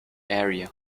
area